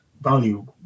value